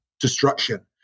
destruction